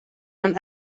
man